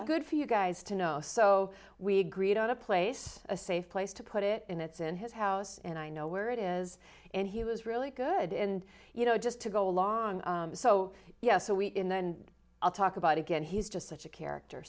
be good for you guys to know so we agreed on a place a safe place to put it and it's in his house and i know where it is and he was really good and you know just to go along so yes a week and then i'll talk about again he's just such a character